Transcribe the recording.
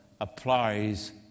applies